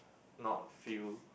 not feel